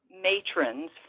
matrons